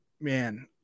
Man